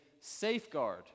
safeguard